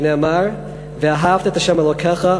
שנאמר: ואהבת את ה' אלוקיך,